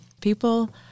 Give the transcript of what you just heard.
People